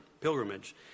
pilgrimage